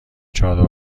چادر